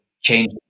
change